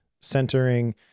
centering